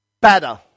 better